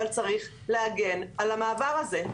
אבל צריך להגן על המעבר הזה.